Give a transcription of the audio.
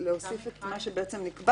תקופת ההתיישנות שהחוק קובע